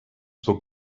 spoke